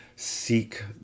Seek